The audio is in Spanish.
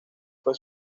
fue